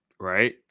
Right